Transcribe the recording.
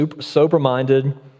sober-minded